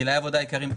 גילאי העבודה העיקריים,